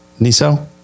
Niso